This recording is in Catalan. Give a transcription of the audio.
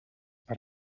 per